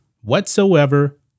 whatsoever